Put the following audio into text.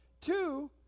Two